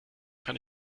kann